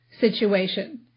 situation